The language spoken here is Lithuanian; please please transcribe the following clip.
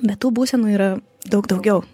bet tų būsena yra daug daugiau